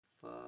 fuck